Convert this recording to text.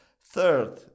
Third